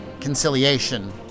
conciliation